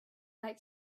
like